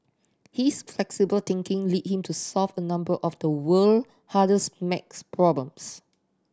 his flexible thinking led him to solve a number of the world hardest math problems